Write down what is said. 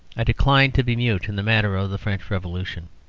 i decline to be mute in the matter of the french revolution.